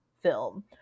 film